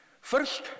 First